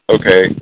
okay